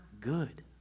good